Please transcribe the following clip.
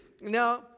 Now